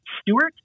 Stewart